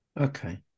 Okay